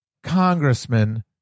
congressman